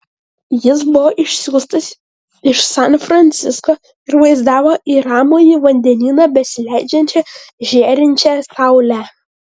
jis buvo išsiųstas iš san francisko ir vaizdavo į ramųjį vandenyną besileidžiančią žėrinčią saulę